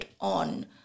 on